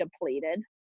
depleted